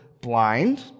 blind